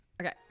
Okay